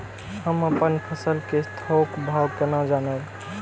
हम अपन फसल कै थौक भाव केना जानब?